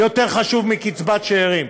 יותר חשוב מקצבת שאירים.